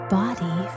body